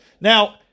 Now